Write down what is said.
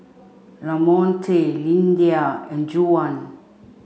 Lamonte Lyndia and Juwan